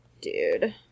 dude